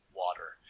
water